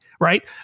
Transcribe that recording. Right